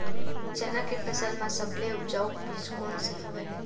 चना के फसल म सबले उपजाऊ बीज कोन स हवय?